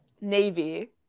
Navy